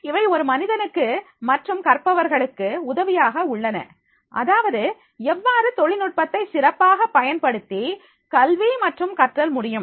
இவை ஒரு மனிதனுக்கு மற்றும் கற்பவர்களுக்கு உதவியாக உள்ளன அதாவது எவ்வாறு தொழில்நுட்பத்தை சிறப்பாக பயன்படுத்தி கல்வி மற்றும் கற்றல் முடியும்